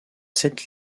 sept